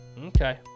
Okay